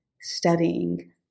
studying